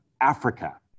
Africa